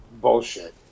bullshit